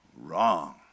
Wrong